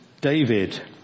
David